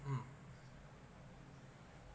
um